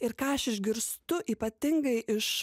ir ką aš išgirstu ypatingai iš